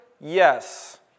Yes